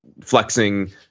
flexing